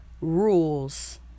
rules